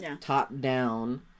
top-down